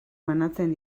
banatzen